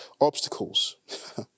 obstacles